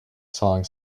song